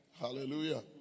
Hallelujah